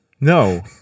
No